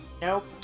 Nope